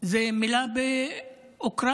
זה מילה באוקראינית,